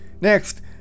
Next